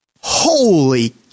Holy